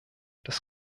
das